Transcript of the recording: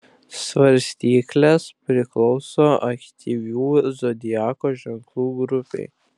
svarstyklės priklauso aktyvių zodiako ženklų grupei